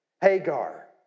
Hagar